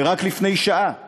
ורק לפני שעה הופתעתי,